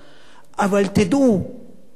אבל תדעו שבסוף,